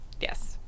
Yes